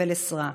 ולקבל עזרה.